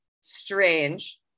strange